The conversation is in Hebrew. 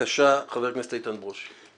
חבר הכנסת איתן ברושי, בבקשה.